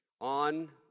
on